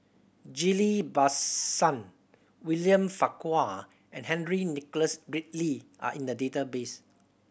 Ghillie Bassan William Farquhar and Henry Nicholas Ridley are in the database